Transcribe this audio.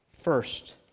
first